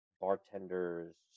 bartenders